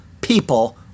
people